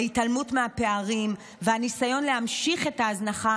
ההתעלמות מהפערים והניסיון להמשיך את ההזנחה